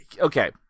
Okay